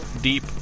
deep